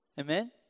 Amen